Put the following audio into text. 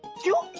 you